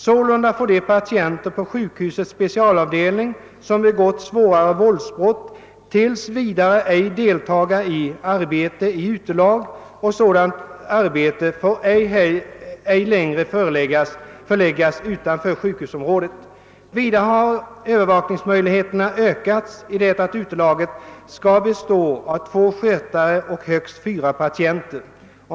Sålunda får de patienter på sjukhusets specialavdelning, som begått svårare våldsbrott, tills vidare ej deltaga i arbete i utelag, och sådant arbete får ej längre förläggas utanför sjukhusområdet. Vidare har övervakningsmöjligheterna ökats i det utelagen skall bestå av två skötare och högst fyra patienter.